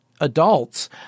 adults